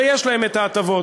ויש להם את ההטבות.